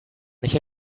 nicht